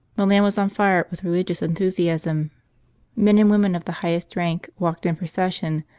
milan was on fire with religious enthusiasm men and women of the highest rank walked in procession,